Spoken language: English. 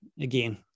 again